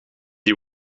die